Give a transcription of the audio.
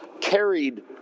carried